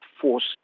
forced